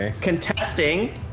contesting